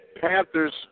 Panthers